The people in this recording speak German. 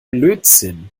lötzinn